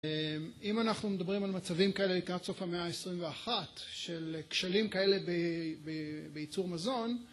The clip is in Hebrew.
אם אנחנו מדברים על מצבים כאלה לקראת סוף המאה ה-21 של כשלים כאלה בייצור מזון